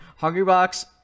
Hungrybox